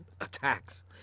attacks